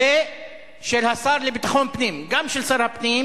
ושל השר לביטחון פנים, גם של שר הפנים